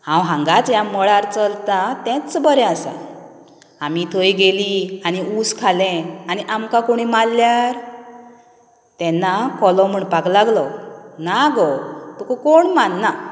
हांव हांगाच ह्या मळार चरतां तेंच बरें आसा आमी थंय गेलीं आनी उस खालें आनी आमकां कोणी मारल्यार तेन्ना कोलो म्हणपाक लागलो ना गो तुका कोण मारना